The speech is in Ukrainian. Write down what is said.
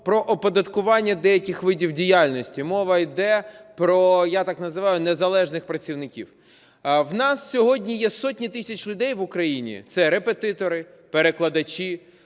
про оподаткування деяких видів діяльності. Мова йде, я так називаю, незалежних працівників. У нас сьогодні є сотні тисяч людей в Україні, це репетитори, перекладачі,